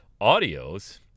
audios